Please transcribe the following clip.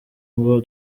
ngo